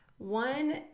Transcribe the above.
one